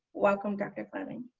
welcome, dr. flemming.